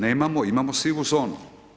Nemamo, imamo sivu zonu.